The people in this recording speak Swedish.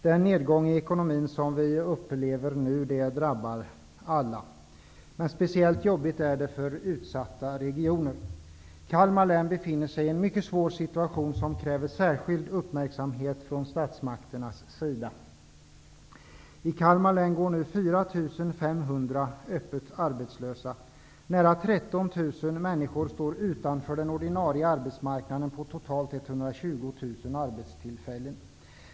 Den nedgång i ekonomin som vi nu upplever drabbar alla. Men speciellt jobbigt är det för utsatta regioner. Kalmar län befinner sig i en mycket svår situation, som kräver särskild uppmärksamhet från statsmakternas sida. 13 000 människor står utanför den ordinarie arbetsmarknaden på totalt 120 000 arbetstillfällen.